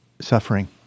suffering